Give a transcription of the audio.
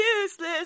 useless